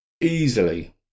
easily